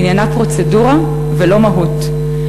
שעניינה פרוצדורה ולא מהות,